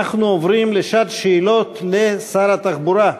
אנחנו עוברים לשעת שאלות לשר התחבורה,